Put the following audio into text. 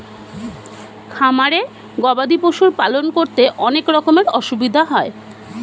খামারে গবাদি পশুর পালন করতে অনেক রকমের অসুবিধা হয়